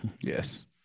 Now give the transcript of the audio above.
Yes